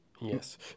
Yes